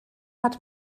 hat